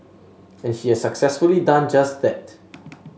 and he has successfully done just that